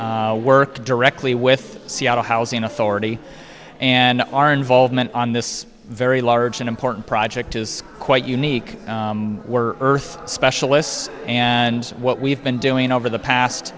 planning work directly with seattle housing authority and our involvement on this very large and important project is quite unique we're earth specialists and what we've been doing over the past